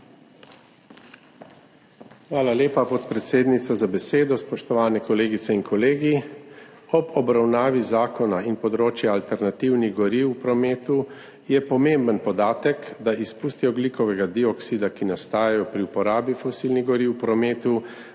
Hvala lepa, podpredsednica, za besedo. Spoštovani kolegice in kolegi! Ob obravnavi zakona in področje alternativnih goriv v prometu je pomemben podatek, da izpusti ogljikovega dioksida, ki nastajajo pri uporabi fosilnih goriv v prometu,